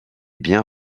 bien